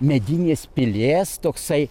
medinės pilies toksai